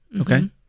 Okay